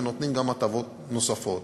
ונותנים הטבות נוספות.